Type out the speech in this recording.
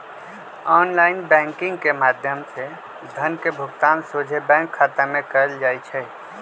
online banking के माध्यम से धन के भुगतान सोझे बैंक खता में कएल जाइ छइ